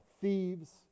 thieves